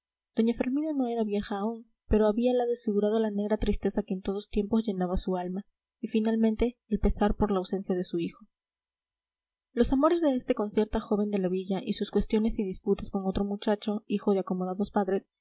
doña fermina no era vieja aún pero habíala desfigurado la negra tristeza que en todos tiempos llenaba su alma y finalmente el pesar por la ausencia de su hijo los amores de este con cierta joven de la villa y sus cuestiones y disputas con otro muchacho hijo de acomodados padres